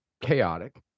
chaotic